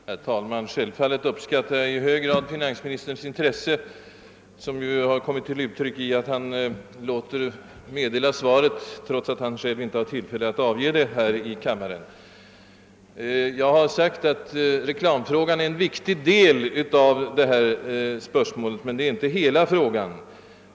Herr talman! Självfallet uppskattar jag i hög grad det intresse finansministern visat genom att han låter offentliggöra sitt frågesvar trots att han själv inte har tillfälle att avge det här i kammaren. Jag har sagt att reklamfrågan är en viktig del av detta spörsmål, men den är inte hela tobaksfrågan.